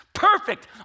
Perfect